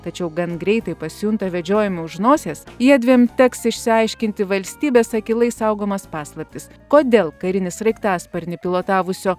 tačiau gan greitai pasijunta vedžiojami už nosies jiedviem teks išsiaiškinti valstybės akylai saugomas paslaptis kodėl karinį sraigtasparnį pilotavusio